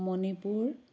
Manipur